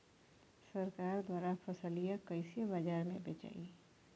सरकार द्वारा फसलिया कईसे बाजार में बेचाई?